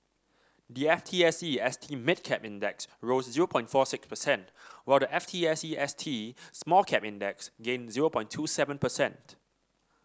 the F T S E S T Mid Cap Index rose zero point four six percent while the F T S E S T Small Cap Index gained zero point two seven percent